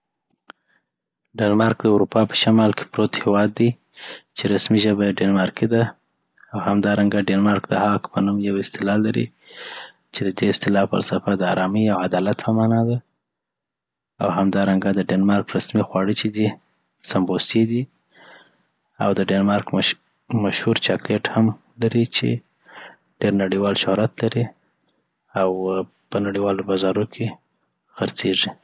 ډنمارک د اروپا په شمال کي پروت هیواد دي چی رسمی ژبه یی ډنمارکی ده او همدارنګه ډنمارک د هاګ په نوم یو اصطلاح لري چي ددی اصطلاح فلسفه د ارامي او عدالت په معني ده او همدارنګه د ډنمارک رسمی خواړه چي دی سمبوسې دي .او ډنمارک مشهور چاکلیټ هم لري چی ډیر نړیوال شهرت لري او په نړیوالو بازارو کي خرڅیږی